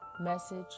message